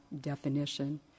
definition